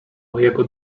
mojego